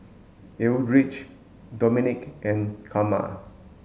Eldridge Domonique and Karma